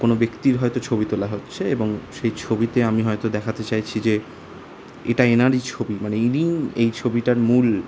কোনও ব্যক্তির হয়তো ছবি তোলা হচ্ছে এবং সেই ছবিতে আমি হয়তো দেখাতে চাইছি যে এটা এনারই ছবি মানে ইনিই এই ছবিটার মূল